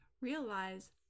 realize